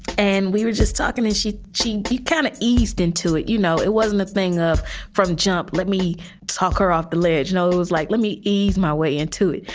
and we were just talking and she she she kind of eased into it. you know, it wasn't a thing from jump. let me talk her off the ledge. no, it was like, let me ease my way into it.